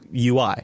UI